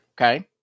Okay